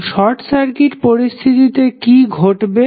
তো short circuit পরিস্থিতিতে কি ঘটবে